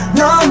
no